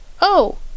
Oh